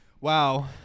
Wow